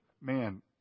man